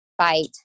fight